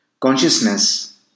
Consciousness